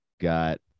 got